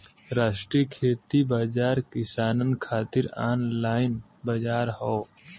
राष्ट्रीय खेती बाजार किसानन खातिर ऑनलाइन बजार हौ